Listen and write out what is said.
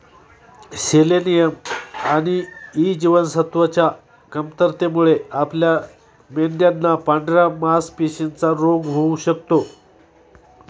selenium आणि E जीवनसत्वच्या कमतरतेमुळे आपल्या मेंढयांना पांढऱ्या मासपेशींचा रोग होऊ शकतो